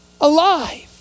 alive